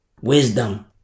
wisdom